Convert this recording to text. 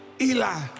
Eli